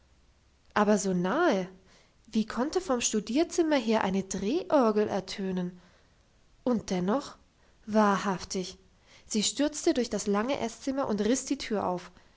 aber so nahe wie konnte vom studierzimmer her eine drehorgel ertönen und dennoch wahrhaftig sie stürzte durch das lange esszimmer und riss die tür auf